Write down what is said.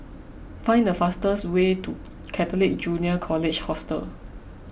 find the fastest way to Catholic Junior College Hostel